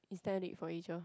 is that it for Asia